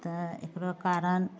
तऽ एकरो कारण